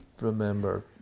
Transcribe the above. remember